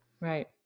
Right